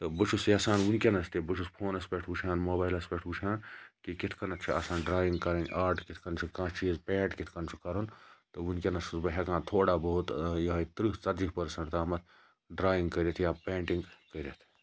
بہٕ چھُس یَژھان وٕنکیٚنَس تہِ بہٕ چھُس فونَس پٮ۪ٹھ وٕچھان موبایلَس پٮ۪ٹھ وٕچھان کہِ کِتھ کنیٚتھ چھِ آسان ڈرایِنٛگ کَرٕنۍ آرٹ کِتھ کنۍ چھُ کانٛہہ چیٖز پینٛٹ کِتھ کنۍ چھُ کَرُن تہٕ وٕنکیٚنَس چھُس بہٕ ہیٚکان تھوڑا بہت یِہے ترٕہ ژَتجی پٔرسَنٹ تامَتھ ڈرایِنٛگ کٔرِتھ یا پینٛٹِنٛگ کٔرِتھ